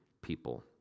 people